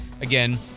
Again